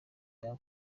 bya